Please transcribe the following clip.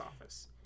office